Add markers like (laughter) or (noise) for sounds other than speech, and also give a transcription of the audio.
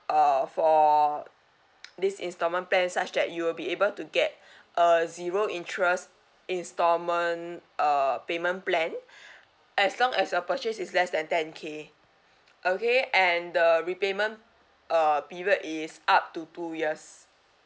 uh for this installment plan such as you will be able to get (breath) a zero interest installment uh payment plan (breath) as long as your purchase is less than ten K okay and the repayment uh period is up to two years